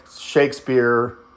Shakespeare